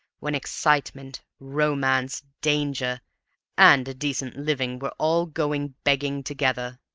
when excitement, romance, danger and a decent living were all going begging together?